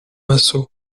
massot